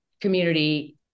community